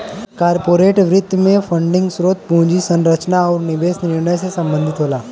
corporate वित्त में funding स्रोत, पूंजी संरचना आुर निवेश निर्णय से संबंधित होला